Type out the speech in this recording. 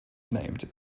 named